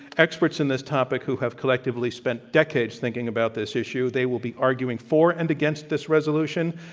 experts in this topic who have collectively spent decades thinking about this issue. they will be arguing for and against this resolution.